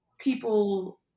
people